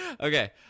Okay